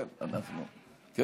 אה, אני?